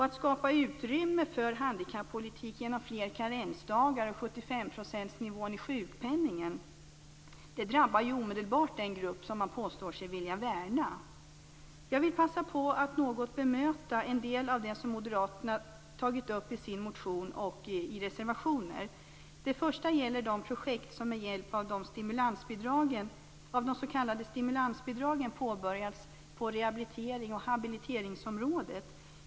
Att skapa utrymme för handikappolitiken genom fler karensdagar och 75-procentsnivå i sjukpenningen drabbar ju omedelbart den grupp som man påstår sig vilja värna. Jag vill passa på att något bemöta en del av det som moderaterna tagit upp i sin motion och i reservationer. För det första gäller det de projekt som påbörjats på rehabiliterings och habiliteringsområdet med hjälp av de s.k. stimulansbidragen.